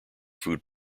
food